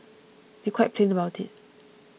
be quite plain about it